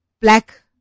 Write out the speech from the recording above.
black